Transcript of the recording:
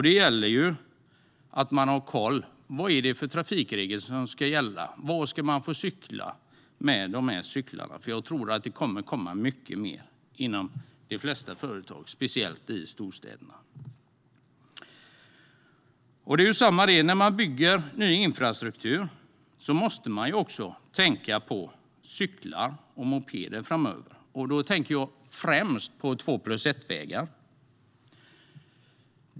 Då gäller det att man har koll på vilka trafikregler som ska gälla. Var ska man få cykla med dessa cyklar? Jag tror att de kommer mer och mer i de flesta företag, speciellt i storstäderna. När man bygger ny infrastruktur framöver måste man också tänka på cyklar och mopeder. Då tänker jag främst på två-plus-ett-vägar.